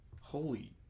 Holy